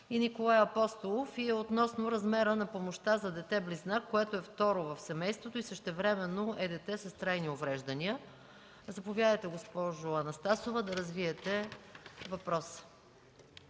и Николай Апостолов относно размера на помощта за дете близнак, което е второ в семейството и същевременно е дете с трайни увреждания. Заповядайте, госпожо Анастасова, да развиете въпроса.